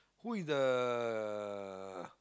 who is the